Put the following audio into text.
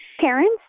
parents